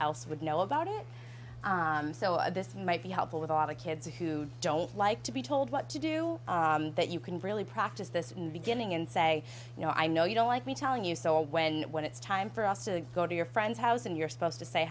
else would know about it so this might be helpful with a lot of kids who don't like to be told what to do that you can really practice this in the beginning and say you know i know you don't like me telling you so when when it's time for us to go to your friend's house and you're supposed to say